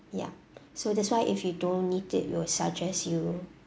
ya so that's why if you don't need it we will suggest you